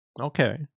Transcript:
Okay